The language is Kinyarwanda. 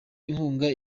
inkunga